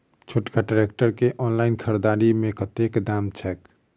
छोटका ट्रैक्टर केँ ऑनलाइन खरीददारी मे कतेक दाम छैक?